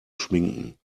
schminken